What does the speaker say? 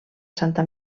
santa